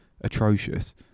atrocious